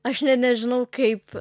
aš ne nežinau kaip